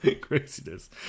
Craziness